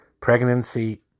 pregnancy